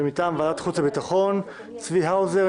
ומטעם ועדת חוץ וביטחון: צבי האוזר,